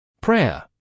Prayer